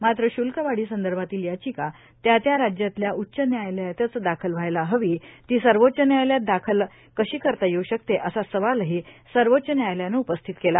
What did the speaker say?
मात्र श्ल्कवाढीसंदर्भातली याचिका त्या त्या राज्यातल्या उच्च न्यायलयातच दाखल व्हायला हवी ती सर्वोच्च न्यायालयात दाखल कशी दाखल करता येऊ शकते असा सवालही सर्वोच्च न्यायालयानं उपस्थित केला